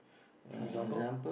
for example